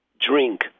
drink